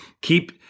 keep